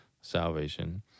salvation